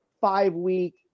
five-week